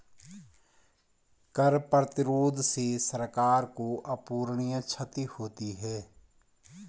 कर प्रतिरोध से सरकार को अपूरणीय क्षति होती है